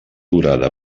durada